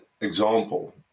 example